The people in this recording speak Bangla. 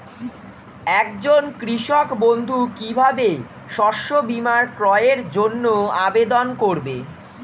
একজন কৃষক বন্ধু কিভাবে শস্য বীমার ক্রয়ের জন্যজন্য আবেদন করবে?